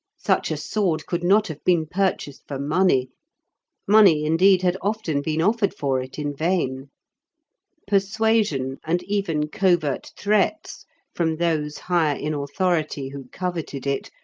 such a sword could not have been purchased for money money, indeed, had often been offered for it in vain persuasion, and even covert threats from those higher in authority who coveted it,